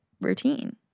routine